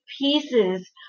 pieces